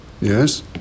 Yes